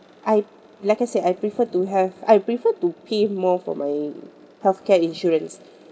I like I said I prefer to have I prefer to pay more for my health care insurance